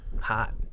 Hot